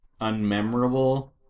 unmemorable